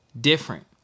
different